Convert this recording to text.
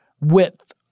width